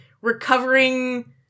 recovering